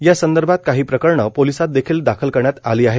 या संदर्भात काही प्रकरणे पोलिसात देखील दाखल करण्यात आली आहेत